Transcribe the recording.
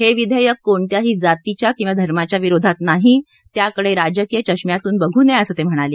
हे विधेयक कोणत्याही जातीच्या किवा धर्माच्या विरोधात नाही त्याकडे राजकीय चष्म्यातून बघू नये असं ते म्हणाले